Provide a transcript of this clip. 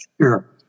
Sure